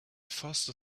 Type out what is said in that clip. foster